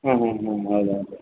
ಹ್ಞೂ ಹ್ಞೂ ಹ್ಞೂ ಹೌದು ಹೌದು